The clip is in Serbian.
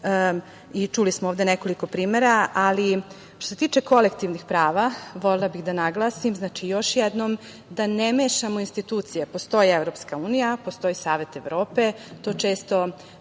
i čuli smo ovde nekoliko primera. Što se tiče kolektivnih prava, volela bih da naglasim još jednom da ne mešamo institucije. Postoji EU, postoji Savet Evrope. To često